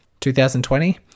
2020